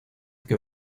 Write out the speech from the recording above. que